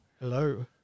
Hello